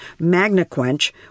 MagnaQuench